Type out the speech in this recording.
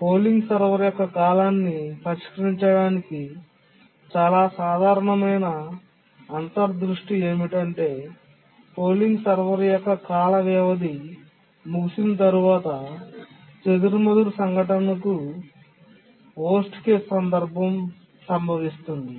polling server యొక్క కాలాన్ని పరిష్కరించడానికి చాలా సాధారణమైన అంతర్దృష్టి ఏమిటంటే పోలింగ్ సర్వర్ యొక్క కాల వ్యవధి ముగిసిన తర్వాత చెదురుమదురు సంఘటనకు చెత్త సందర్భం సంభవిస్తుంది